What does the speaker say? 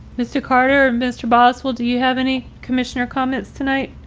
mr. carter, mr. boss, will do you have any commissioner comments tonight?